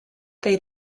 they